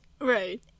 right